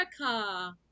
America